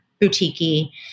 boutique-y